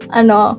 ano